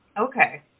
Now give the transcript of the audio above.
Okay